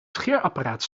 scheerapparaat